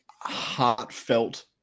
heartfelt